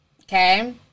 Okay